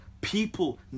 people